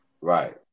Right